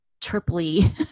triply